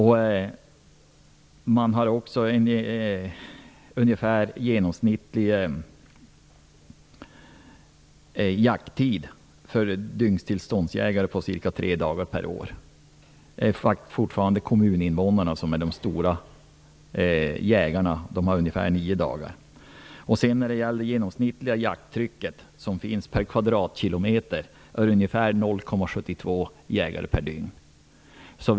Dels är den genomsnittliga jakttiden för jägare med dygnstillstånd ca tre dagar per år. Det är fortfarande kommuninvånarna som är de stora jägarna. De har en jakttid på ungefär 9 dagar. Det genomsnittliga jakttrycket är ungefär 0,72 jägare per kvadratkilometer och dygn.